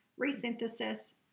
resynthesis